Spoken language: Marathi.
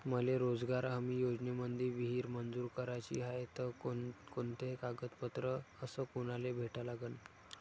मले रोजगार हमी योजनेमंदी विहीर मंजूर कराची हाये त कोनकोनते कागदपत्र अस कोनाले भेटा लागन?